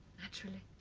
naturally.